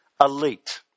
elite